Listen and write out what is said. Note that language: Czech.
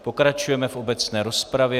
Pokračujeme v obecné rozpravě.